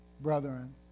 brethren